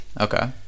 Okay